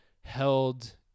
held